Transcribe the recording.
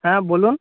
হ্যাঁ বলুন